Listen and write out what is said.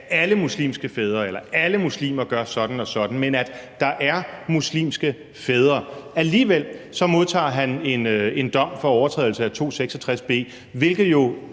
at alle muslimske fædre, eller at alle muslimer gør sådan og sådan, men at der er muslimske fædre, der gør det. Men alligevel modtager han en dom for overtrædelse af § 266 b, hvilket jo